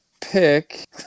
pick